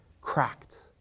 cracked